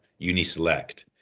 Uniselect